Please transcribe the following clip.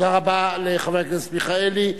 תודה רבה לחבר הכנסת מיכאלי.